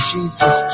Jesus